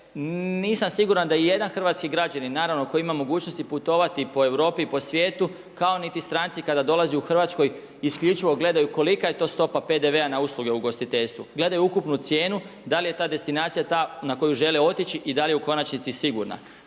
nisam siguran da i jedan hrvatski građanin naravno koji ima mogućnosti putovati po Europi i po svijetu kao niti stranci kada dolazi u Hrvatsku isključivo gledaju kolika je to stopa PDV-a na usluge u ugostiteljstvu. Gledaju ukupnu cijenu, da li je ta destinacija ta na koju žele otići i da li je u konačnici sigurna.